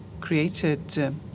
created